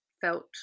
felt